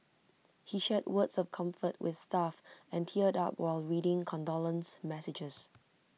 he shared words of comfort with staff and teared up while reading condolence messages